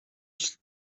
sheep